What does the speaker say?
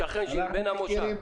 הוא שכן שלי, בן המושב.